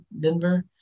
Denver